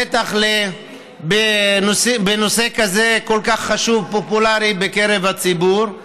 בטח בנושא כזה חשוב, פופולרי, בקרב הציבור.